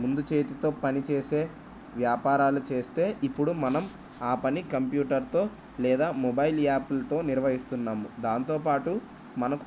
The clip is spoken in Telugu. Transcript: ముందు చేతితో పని చేసే వ్యాపారాలు చేస్తే ఇప్పుడు మనం ఆ పని కంప్యూటర్తో లేదా మొబైల్ యాప్లతో నిర్వహిస్తున్నాము దాంతోపాటు మనకు